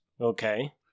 Okay